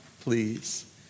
please